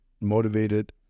motivated